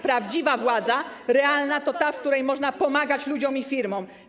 Prawdziwa władza, realna, to ta, z której można pomagać ludziom i firmom.